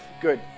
good